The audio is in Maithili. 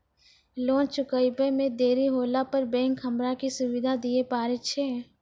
लोन चुकब इ मे देरी होला पर बैंक हमरा की सुविधा दिये पारे छै?